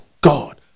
God